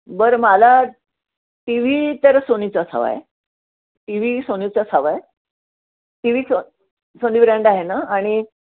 बरं मला TV तर सोनीचाच हवा आहे टी व्ही सोनीचाच हवा आहे टी व्ही सो सोनी ब्रँड आहे ना आणि